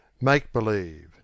make-believe